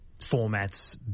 formats